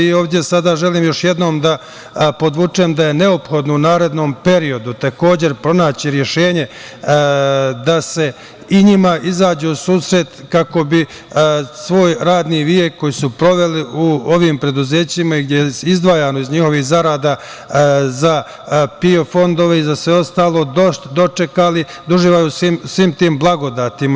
Sada ovde želim još jednom da podvučem da je neophodno da u narednom periodu takođe pronađi rešenje, da se i njima izađe u susret kako bi svoj radni vek koji su proveli u ovim preduzećima i gde je izdvajano iz njihovih zarada za PIO fondove i za sve ostalo, dočekali, da uživaju u svim tim blagodetima.